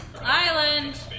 Island